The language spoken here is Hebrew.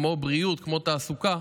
כמו בריאות וכמו תעסוקה,